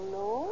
no